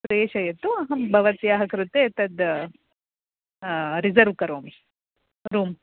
प्रेषयतु अहं भवत्याः कृते तद् रिजर्व् करोमि रूम्